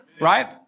right